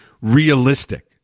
realistic